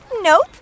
Nope